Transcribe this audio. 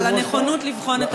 על הנכונות לבחון,